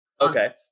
okay